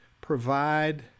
Provide